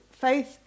faith